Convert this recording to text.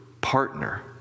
partner